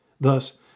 Thus